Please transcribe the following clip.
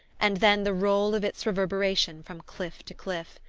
and then the roll of its reverberation from cliff to cliff.